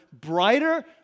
brighter